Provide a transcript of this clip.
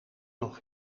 nog